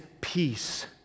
peace